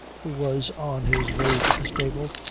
who was on his way to the stable,